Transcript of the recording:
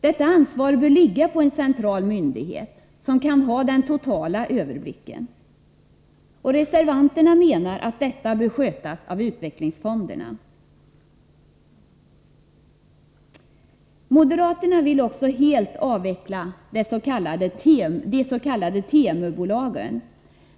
Detta ansvar bör ligga på en central myndighet som kan ha den totala överblicken. Reservanterna menar att detta bör skötas av utvecklingsfonderna. Moderaterna vill också helt avveckla de s.k. TEMU-bolagen.